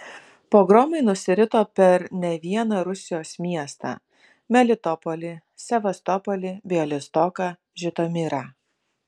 pogromai nusirito per ne vieną rusijos miestą melitopolį sevastopolį bialystoką žitomirą